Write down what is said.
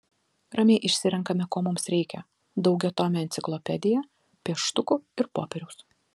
ramiai išsirenkame ko mums reikia daugiatomę enciklopediją pieštukų ir popieriaus